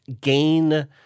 gain